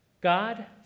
God